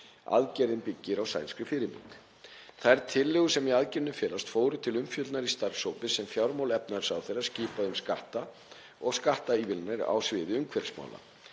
Aðgerðin byggir á sænskri fyrirmynd. Þær tillögur sem í aðgerðinni felast fóru til umfjöllunar í starfshópi sem fjármála- og efnahagsráðherra skipaði um skatta og skattaívilnanir á sviði umhverfismála.